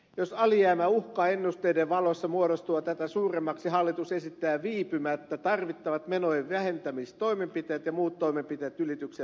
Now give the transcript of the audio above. jos alijäämä uhkaa ennusteiden valossa muodostua tätä suuremmaksi hallitus esittää viipymättä tarvittavat menojen vähentämistoimenpiteet ja muut toimenpiteet ylityksen välttämiseksi